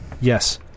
Yes